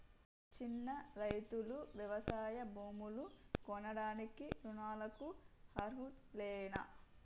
చిన్న రైతులు వ్యవసాయ భూములు కొనడానికి రుణాలకు అర్హులేనా?